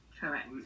Correct